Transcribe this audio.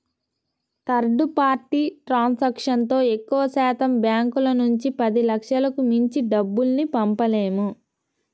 third party ట్రాన్సాక్షన్తో ఎక్కువశాతం బ్యాంకుల నుంచి పదిలక్షలకు మించి డబ్బుల్ని పంపలేము